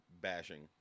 bashing